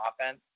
offense